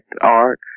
Art